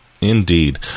Indeed